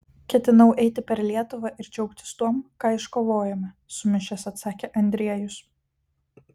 ketinau eiti per lietuvą ir džiaugtis tuom ką iškovojome sumišęs atsakė andriejus